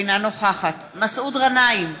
אינה נוכחת מסעוד גנאים,